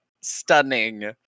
stunning